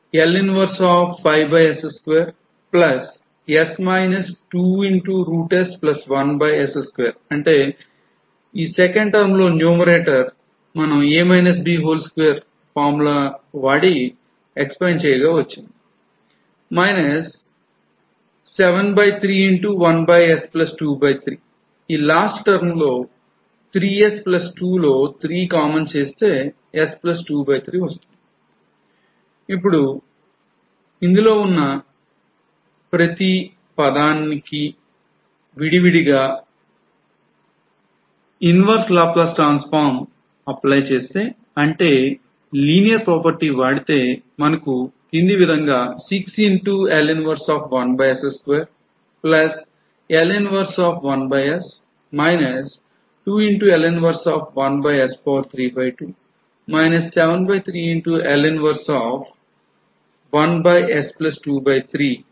కాబట్టి దీన్ని ఈ క్రింది విధంగా రాయవచ్చు